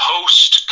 Post